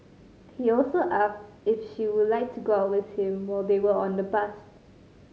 he also asked if she would like to go out with him while they were on the bus